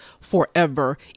forever